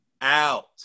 out